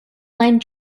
line